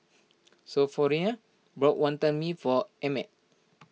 Sophronia bought Wantan Mee for Emmet